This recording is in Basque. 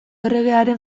erregearen